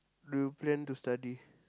do you plan to study